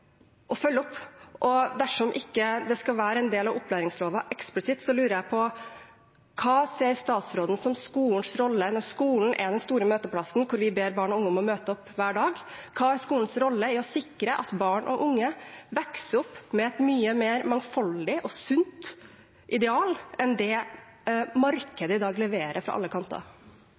følge opp. Dersom det ikke eksplisitt skal være en del av opplæringsloven, lurer jeg på: Hva ser statsråden er skolens rolle når skolen er den store møteplassen, der vi ber barn og unge om å møte opp hver dag? Hva er skolens rolle i å sikre at barn og unge vokser opp med et mye mer mangfoldig og sunt ideal enn det markedet i dag leverer fra alle kanter?